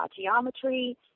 geometry